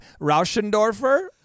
Rauschendorfer